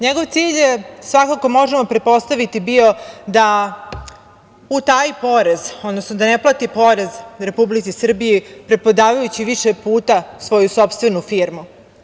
Njegov cilj je, svakako, možemo pretpostaviti bio da utaji porez, odnosno da ne plati porez Republici Srbiji preprodavajući više puta svoju sopstvenu firmu.